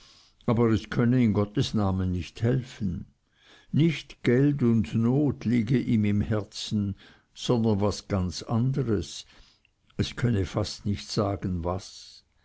aber es könne in gottes namen nicht helfen nicht geld und not liege ihm im herzen sondern was ganz anderes es könne fast nicht sagen was